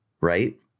right